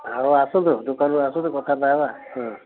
ଆଉ ଆସନ୍ତୁ ଦୋକାନ୍ରୁ ଆସନ୍ତୁ କଥାବାର୍ତ୍ତା ହେବା ହଁ